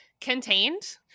contained